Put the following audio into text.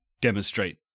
demonstrate